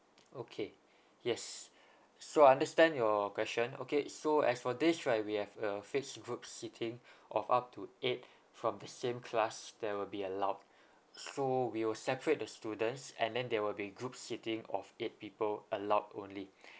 okay yes so I understand your question okay so as for this right we have a fixed group seating of up to eight from the same class that will be allowed so we will separate the students and then there will be group seating of eight people allowed only